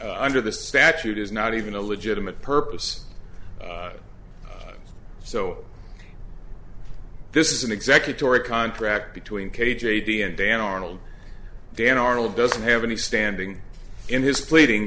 under the statute is not even a legitimate purpose so this is an executor or a contract between k j d and dan arnold dan arnold doesn't have any standing in his pleading